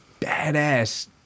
badass